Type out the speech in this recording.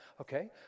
Okay